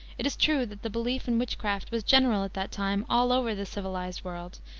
it is true that the belief in witchcraft was general at that time all over the civilized world,